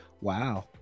Wow